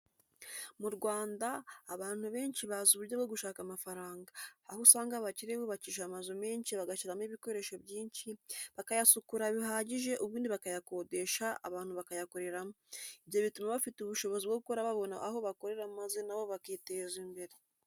Mu Rwanda abantu benshi bazi uburyo bwo gushaka amafaranga, aho usanga abakire bubakisha amazu menshi bagashyiramo ibikoresho byinshi, bakayasukura bihagije ubundi bakayakodesha abantu bakayakoreramo, ibyo bituma abafite ubushobozi bwo gukora babona aho bakorera maze nabo bakiteza imbere.